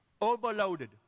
Overloaded